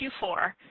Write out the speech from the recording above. Q4